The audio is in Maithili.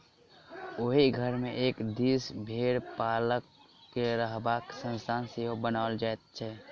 ओहि घर मे एक दिस भेंड़ पालक के रहबाक स्थान सेहो बनाओल जाइत छै